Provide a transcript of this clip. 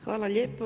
Hvala lijepo.